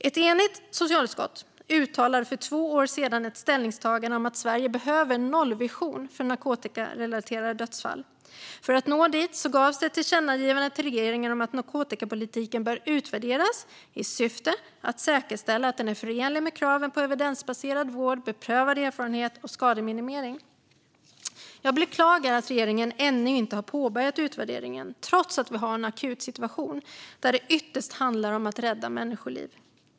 Ett enigt socialutskott uttalade för två år sedan ett ställningstagande om att Sverige behöver en nollvision för narkotikarelaterade dödsfall. För att nå dit gavs ett tillkännagivande till regeringen om att narkotikapolitiken bör utvärderas i syfte att säkerställa att den är förenlig med kraven på evidensbaserad vård, beprövad erfarenhet och skademinimering. Jag beklagar att regeringen ännu inte har påbörjat utvärderingen trots att vi har en akut situation där det ytterst handlar om att rädda människoliv.